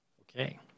Okay